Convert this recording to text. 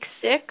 six